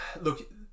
Look